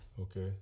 okay